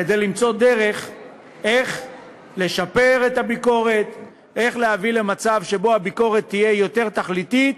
כדי למצוא דרך לשפר את הביקורת ולהביא למצב שהביקורת תהיה יותר תכליתית,